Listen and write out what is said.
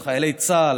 את חיילי צה"ל,